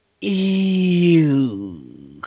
ew